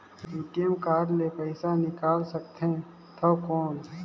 ATM card ले पइसा निकाल सकथे थव कौन?